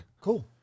Cool